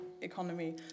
economy